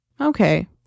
Okay